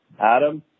Adam